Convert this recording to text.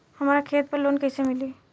हमरा खेत पर लोन कैसे मिली?